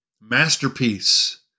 masterpiece